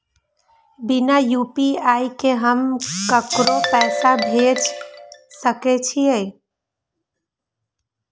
बिना यू.पी.आई के हम ककरो पैसा भेज सके छिए?